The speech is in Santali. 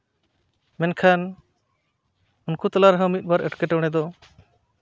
ᱢᱮᱱᱠᱷᱟᱱ ᱩᱱᱠᱩ ᱛᱟᱞᱟ ᱨᱮᱦᱚᱸ ᱢᱤᱫᱵᱟᱨ ᱮᱸᱴᱠᱮᱴᱚᱬᱮ ᱦᱚᱸ